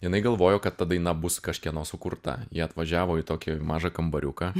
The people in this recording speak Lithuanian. jinai galvojo kad ta daina bus kažkieno sukurta ji atvažiavo į tokį mažą kambariuką